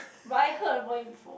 but I heard about it before